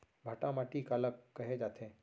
भांटा माटी काला कहे जाथे?